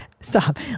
Stop